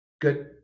good